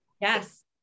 Yes